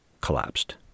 collapsed